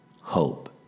hope